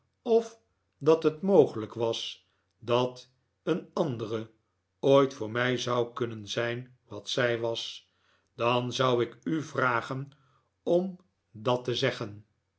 of dat het mogelijk was dat een andere ooit voor mij zou kunnen zijn wat zij was dan zou ik u vragen om dat te zeggen